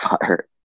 fire